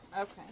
Okay